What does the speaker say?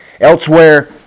Elsewhere